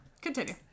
Continue